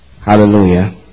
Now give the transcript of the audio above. Hallelujah